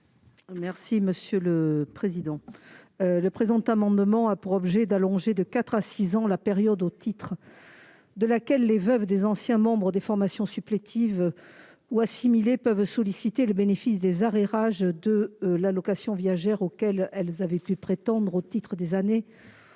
présenter l'amendement n° 65. Le présent amendement a pour objet d'allonger de quatre à six années la période au titre de laquelle les veuves des anciens membres des formations supplétives ou assimilés peuvent solliciter le bénéfice des arrérages de l'allocation viagère auxquelles elles auraient pu prétendre au titre des années